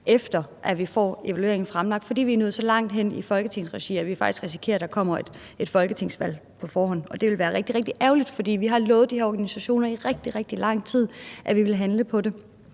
efter at vi får evalueringen fremlagt, fordi vi er nået så langt hen i Folketingsregi, at vi faktisk risikerer, at der kommer et folketingsvalg inden da. Og det vil være rigtig, rigtig ærgerligt, fordi vi har lovet de her organisationer i meget lang tid, at vi vil handle på det.